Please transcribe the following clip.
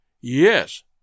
Yes